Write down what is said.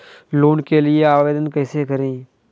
Loan के लिए आवेदन कैसे करें?